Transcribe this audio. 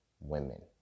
women